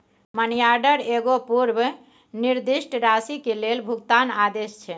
money order एगो पूर्व निर्दिष्ट राशि के लेल भुगतान आदेश छै